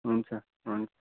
हुन्छ हुन्छ